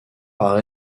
par